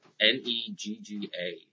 N-E-G-G-A